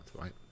right